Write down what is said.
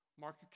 Mark